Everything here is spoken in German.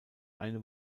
eine